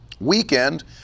weekend